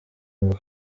ngo